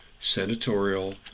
senatorial